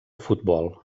futbol